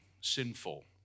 sinful